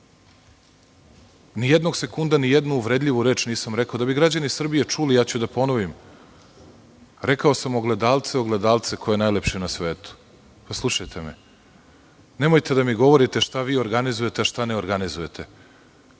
Ni jednog sekunda ni jednu uvredljivu reč nisam rekao. Da bi građani Srbije čuli, ja ću da ponovim – ogledalce, ogledalce ko je najlepši na svetu? Slušajte me, nemojte da mi govorite šta vi organizujete, a šta ne organizujete. Ljudi